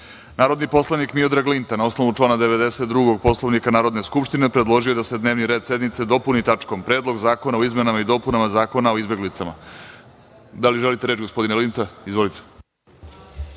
poslanik Miodrag Linta, na osnovu člana 92. Poslovnika Narodne skupštine, predložio je da se dnevni red sednice dopuni tačkom – Predlog zakona o izmenama i dopunama Zakona o izbeglicama. Da li želite reč gospodine Linta? Izvolite.